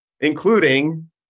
including